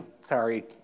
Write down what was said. sorry